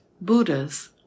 Buddhas